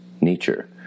Nature